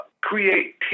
creativity